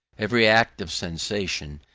every act of sensation,